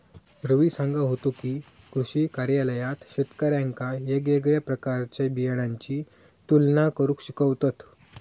रवी सांगा होतो की, कृषी कार्यालयात शेतकऱ्यांका येगयेगळ्या प्रकारच्या बियाणांची तुलना करुक शिकवतत